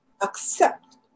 accept